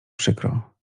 przykro